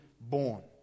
born